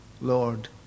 Lord